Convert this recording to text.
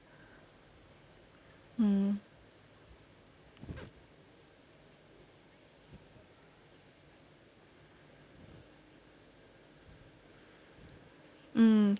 mm mm